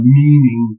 meaning